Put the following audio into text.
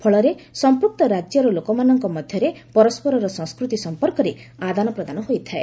ଫଳରେ ସଂପୂକ୍ତ ରାଜ୍ୟର ଲୋକମାନଙ୍କ ମଧ୍ୟରେ ପରସ୍କରର ସଂସ୍କୃତି ସଂପର୍କରେ ଆଦାନପ୍ରଦାନ ହୋଇଥାଏ